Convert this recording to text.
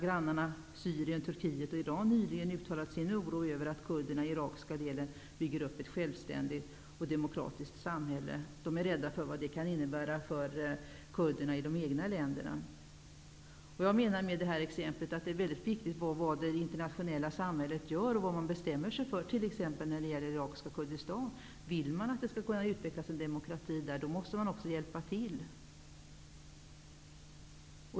Grannarna Syrien, Tur kiet och Iran har nyligen uttalat sin oro för att kur derna i Irak skall bygga upp ett självständigt och demokratiskt samhälle. De är rädda för vad det kan komma att innebära för kurderna i de egna länderna. Med detta exempel har jag velat belysa att det är väldigt viktigt vad det internationella samhället gör och vad man bestämmer sig för t.ex. när det gäller det irakiska Kurdistan. Vill man att det där skall utvecklas en demokrati måste man också hjälpa till.